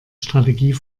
strategie